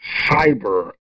cyber